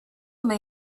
may